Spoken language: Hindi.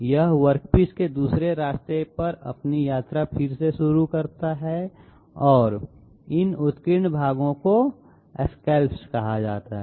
यह वर्कपीस के दूसरे रास्ते पर अपनी यात्रा फिर से शुरू करता है और इन उत्कीर्ण भागों को स्कैलप्प्स कहा जाता है